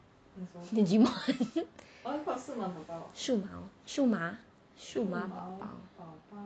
Digimon 数毛数码